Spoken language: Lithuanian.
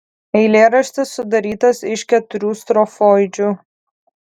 eilėraštis sudarytas iš keturių strofoidžių